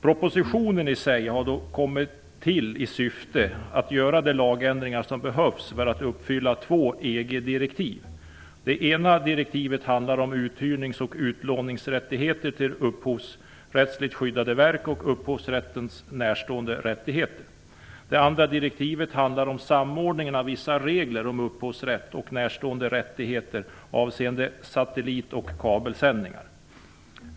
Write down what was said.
Propositionen i sig har kommit till i syfte att göra de lagändringar som behövs för att uppfylla två EG Det ena direktivet handlar om uthyrnings och utlåningsrättigheter till upphovsrättsligt skyddade verk och upphovsrätten närstående rättigheter. Det andra direktivet handlar om samordningen av vissa regler om upphovsrätt och närstående rättigheter avseende satellit och kabelsändningar.